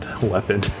weapon